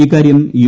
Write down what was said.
ഇക്കാര്യം യു